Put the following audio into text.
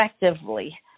effectively